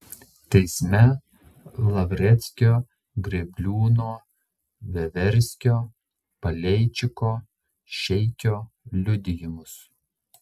teisme lavreckio grėbliūno veverskio paleičiko šeikio liudijimus